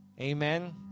Amen